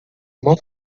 uma